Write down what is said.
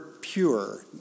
pure